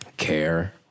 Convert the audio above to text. care